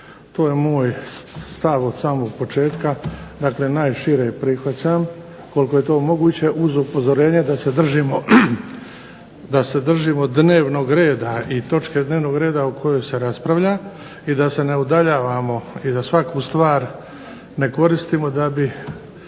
to je moj stav od samog početka. Dakle, najšire prihvaćam koliko je to moguće uz upozorenje da se držimo dnevnog reda i točke dnevnog reda o kojoj se raspravlja i da se ne udaljavamo i da svaku stvar ne koristimo da bi